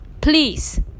please